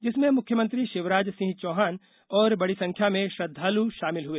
जिसमें मुख्यमंत्री शिवराज सिंह चौहान और बड़ी संख्या में श्रद्धाल शामिल हुए